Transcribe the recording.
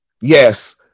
Yes